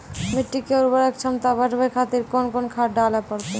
मिट्टी के उर्वरक छमता बढबय खातिर कोंन कोंन खाद डाले परतै?